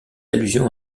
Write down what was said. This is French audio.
allusion